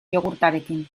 jogurtarekin